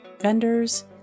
vendors